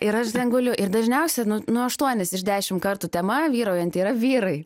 ir aš ten guliu ir dažniausia nu nu aštuonis iš dešim kartų tema vyraujanti yra vyrai